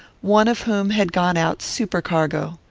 one of whom had gone out supercargo.